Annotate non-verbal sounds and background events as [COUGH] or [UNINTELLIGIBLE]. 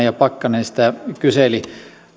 [UNINTELLIGIBLE] ja pakkanen sitä kyselivät